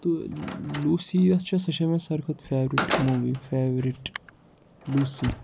تہٕ لوسی یۄس چھےٚ سۄ چھےٚ مےٚ ساروی کھۄتہٕ فیورِٹ موٗوی فیورِٹ لوٗسی